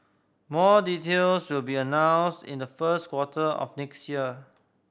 more details will be announced in the first quarter of next year